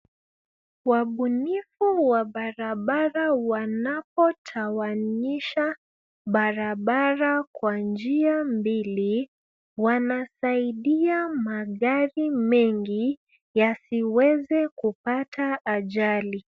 Wabunifu wa barabara wanapotawanisha barabara kwa njia mbili, wanasaidia magari mengi yasiweze kupata ajali.